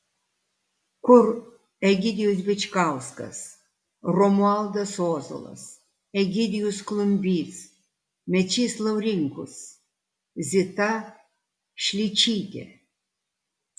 kur egidijus bičkauskas romualdas ozolas egidijus klumbys mečys laurinkus zita šličytė